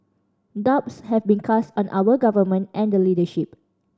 doubts have been cast on our Government and the leadership